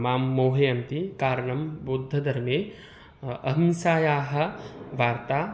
मां मोहयन्ति कारणं बौद्धधर्मे अहिंसायाः वार्ता